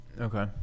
Okay